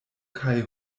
kaj